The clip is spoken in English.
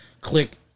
Click